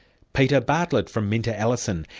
peter bartlett from minter ellison,